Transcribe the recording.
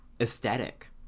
aesthetic